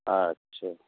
আচ্ছা